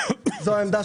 זאת העמדה